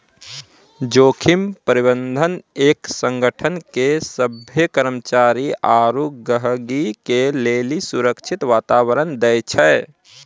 जोखिम प्रबंधन एक संगठन के सभ्भे कर्मचारी आरू गहीगी के लेली सुरक्षित वातावरण दै छै